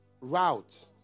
Route